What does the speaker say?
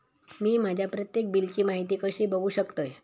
मी माझ्या प्रत्येक बिलची माहिती कशी बघू शकतय?